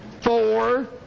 four